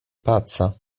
pazza